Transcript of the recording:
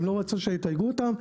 הם לא רצו שיתייגו אותם,